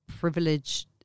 privileged